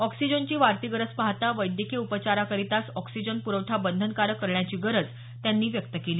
ऑक्सिजनची वाढती गरज पाहता वैद्यकीय उपचार करिताच ऑक्सिजन प्रवठा बंधनकारक करण्याची गरज त्यांनी व्यक्त केली